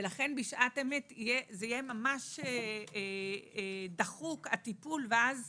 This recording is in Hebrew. ולכן בשעת אמת זה יהיה ממש דחוק הטיפול, ואנחנו